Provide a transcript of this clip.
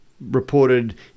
reported